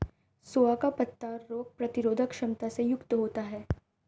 सोआ का पत्ता रोग प्रतिरोधक क्षमता से युक्त होता है